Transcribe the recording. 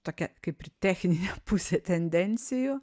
tokia kaip ir techninė pusė tendencijų